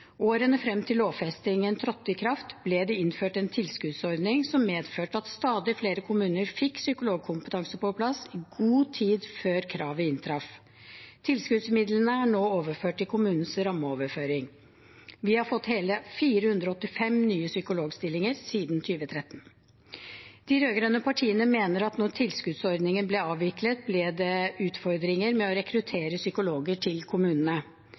årene frem til lovfestingen trådte i kraft, ble det innført en tilskuddsordning som medførte at stadig flere kommuner fikk psykologkompetanse på plass i god tid før kravet inntraff. Tilskuddsmidlene er nå overført til kommunenes rammeoverføring. Vi har fått hele 485 nye psykologstillinger siden 2013. De rød-grønne partiene mener at da tilskuddsordningen ble avviklet, ble det utfordringer med å rekruttere psykologer til kommunene.